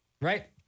right